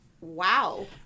Wow